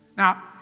Now